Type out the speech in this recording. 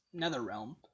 Netherrealm